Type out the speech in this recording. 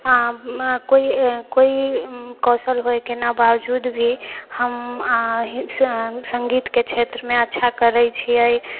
कोइ कोइ कौशल होइके नहि बावजूद हम सङ्गीतके क्षेत्रमे अच्छा करै छिए